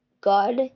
god